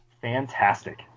Fantastic